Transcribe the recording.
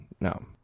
no